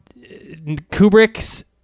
Kubrick's